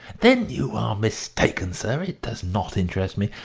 then you were mistaken, sir. it does not interest me.